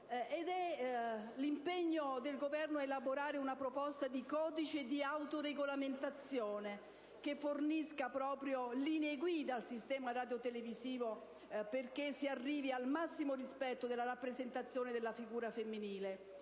dell'impegno del Governo ad elaborare una proposta di codice di autoregolamentazione che fornisca linee guida al sistema radiotelevisivo perché si arrivi al massimo rispetto della rappresentazione della figura femminile.